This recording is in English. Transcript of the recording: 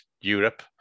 Europe